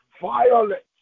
violent